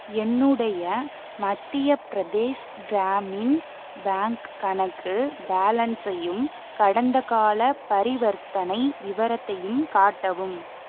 என்னுடைய மத்திய பிரதேஷ் கிராமின் பேங்க் கணக்கு பேலன்ஸையும் கடந்தகால பரிவர்த்தனை விவரத்தையும் காட்டவும்